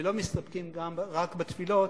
ולא מסתפקים רק בתפילות,